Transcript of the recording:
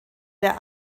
der